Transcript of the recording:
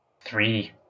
Three